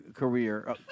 career